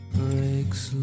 breaks